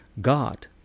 God